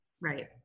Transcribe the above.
Right